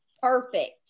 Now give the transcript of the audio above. perfect